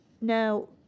Now